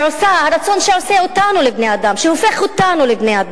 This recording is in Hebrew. הרצון שעושה אותנו לבני-אדם,